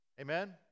Amen